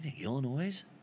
Illinois